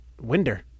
winder